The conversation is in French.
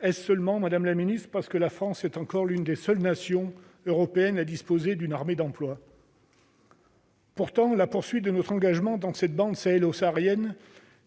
Est-ce seulement parce que la France est encore l'une des seules nations européennes à disposer d'une armée d'emploi, madame la ministre ? Pourtant, la poursuite de notre engagement dans cette bande sahélo-saharienne